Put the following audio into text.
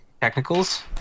Technicals